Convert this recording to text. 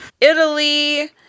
Italy